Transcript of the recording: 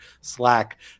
Slack